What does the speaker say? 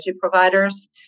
providers